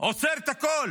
עוצר את הכול